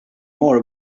more